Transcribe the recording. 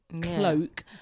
cloak